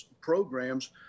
programs